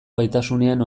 gaitasunean